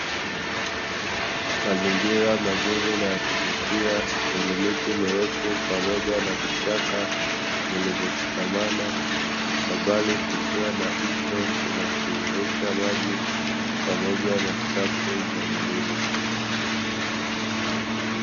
Mazingira mazuri na ya kuvutia yenye miti mirefu pamoja na vichaka vilivyoshikamana, kwa mbali kukiwa na mto unaotiririsha maji pamoja na safu za milima.